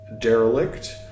derelict